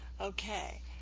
okay